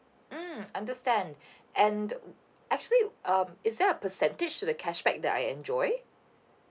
mm understand and err uh actually um is there a percentage to the cashback that I enjoy